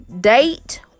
date